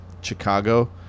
Chicago